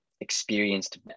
experienced